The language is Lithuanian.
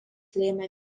lėmė